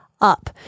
up